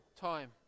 time